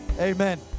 amen